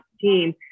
team